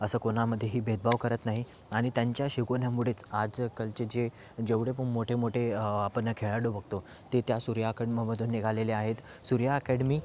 असं कोणामध्येही भेदभाव करत नाही आणि त्यांच्या शिकवण्यामुळेच आजकालचे जे जेवढे पण मोठे मोठे आपण खेळाडू बघतो ते त्या सूर्या अकॅडेमीमधून निघालेले आहेत सूर्या अकॅडेमी